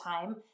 time